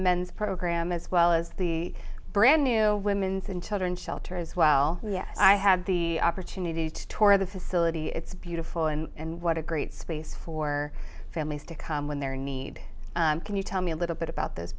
men's program as well as the brand new women's and children's shelter as well yes i have the opportunity to tour the facility it's beautiful and what a great space for families to come when they're in need can you tell me a little bit about those